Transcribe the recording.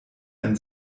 ein